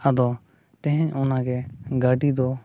ᱟᱫᱚ ᱛᱮᱦᱮᱧ ᱚᱱᱟᱜᱮ ᱜᱟᱹᱰᱤ ᱫᱚ